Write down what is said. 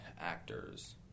Actors